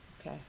Okay